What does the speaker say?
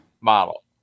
model